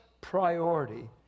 priority